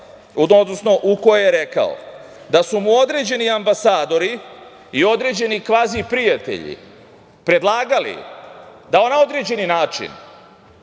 u kojoj je rekao da su mu određeni ambasadori i određeni kvaziprijatelji predlagali da na određeni način